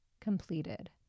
completed